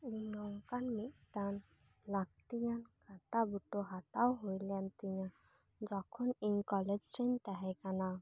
ᱱᱚᱝᱠᱟᱱ ᱢᱤᱫᱴᱟᱝ ᱞᱟ ᱠᱛᱤᱭᱟᱱ ᱠᱟᱴᱟ ᱵᱩᱴᱟᱹ ᱦᱟᱛᱟᱣ ᱦᱩᱭᱞᱮᱱ ᱛᱤᱧᱟᱹ ᱡᱚᱠᱷᱚᱱ ᱤᱧ ᱠᱚᱞᱮᱡᱽ ᱨᱮᱧ ᱛᱟᱦᱮᱸ ᱠᱟᱱᱟ